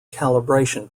calibration